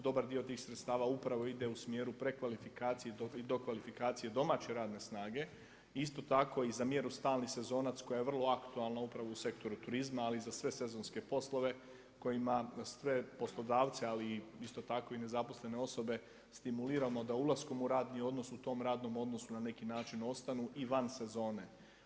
Dobar dio tih sredstava upravo ide u smjeru prekvalifikacije i dokvalifikacije domaće radne snage, isto tako i za mjeru stalni sezonac koja je vrlo aktualna upravo u sektoru turizma, ali i za sve sezonske poslove kojima se poslodavci, ali isto tako i ne zaposlene osobe stimuliramo da ulaskom u radni odnos u tom radnom odnosu na neki način ostanu i van sezone.